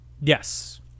yes